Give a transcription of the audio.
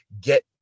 get